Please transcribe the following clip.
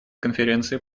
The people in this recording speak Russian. конференции